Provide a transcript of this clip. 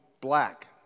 black